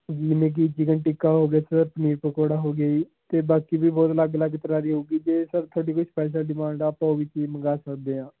ਜਿਵੇਂ ਕਿ ਚਿਕਨ ਟਿੱਕਾ ਹੋ ਗਿਆ ਸਰ ਪਨੀਰ ਪਕੌੜਾ ਹੋ ਗਿਆ ਜੀ ਅਤੇ ਬਾਕੀ ਵੀ ਹੋਰ ਅਲੱਗ ਅਲੱਗ ਤਰ੍ਹਾਂ ਦੀ ਹੋਊਗੀ ਜੇ ਸਰ ਤੁਹਾਡੀ ਕੋਈ ਸਪੈਸ਼ਲ ਡਿਮਾਂਡ ਆ ਆਪਾਂ ਉਹ ਵੀ ਚੀਜ਼ ਮੰਗਾ ਸਕਦੇ ਹਾਂ